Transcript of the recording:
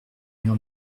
mur